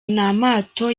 n’amato